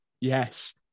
Yes